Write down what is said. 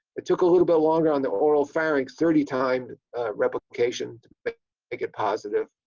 it took a little bit longer on the oral pharynx thirty time replication to but make it positive,